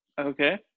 Okay